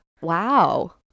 wow